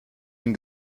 den